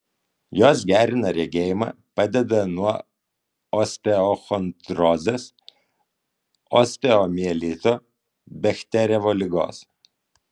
jos gerina regėjimą padeda nuo osteochondrozės osteomielito bechterevo ligos